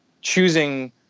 choosing